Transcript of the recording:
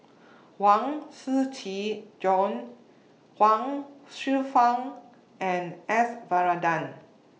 Huang Shiqi Joan Huang Hsueh Fang and S Varathan